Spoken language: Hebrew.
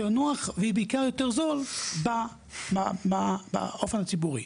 יותר נוחים ובעיקר יותר זול באופן הציבורי.